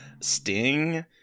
sting